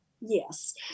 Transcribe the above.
yes